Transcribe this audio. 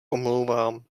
omlouvám